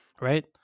right